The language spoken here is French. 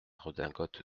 redingote